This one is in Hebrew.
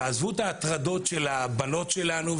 עזבו את ההטרדות של הבנות שלנו,